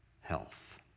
health